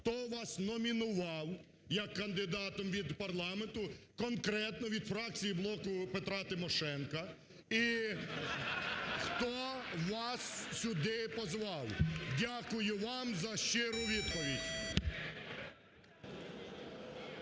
Хто вас номінував як кандидата від парламенту, конкретно від фракції "Блоку Петра Тимошенка" (Сміх у залі) І хто вас сюди позвав? Дякую вам за щиру відповідь.